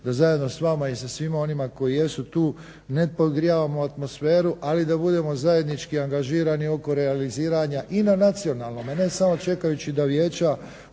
da zajedno s vama i sa svima onima koji jesu tu ne podgrijavamo atmosferu, ali da budemo zajednički angažirani oko realiziranja i na nacionalnome ne samo čekajući da vijeća